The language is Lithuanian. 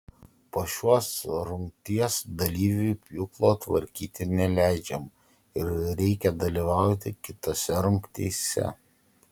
po šios rungties dalyviui pjūklo tvarkyti neleidžiama ir reikia dalyvauti kitose rungtyse